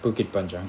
bukit panjang